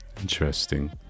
Interesting